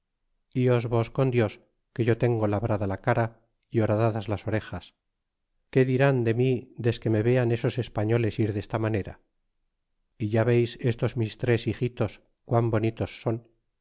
vos con dios que yo tengo labrada la cara y horadadas las orejas qué dirán de mi desque me vean esos españoles ir desta manera é ya veis estos mis tres hijitos quán bonitos son